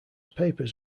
papers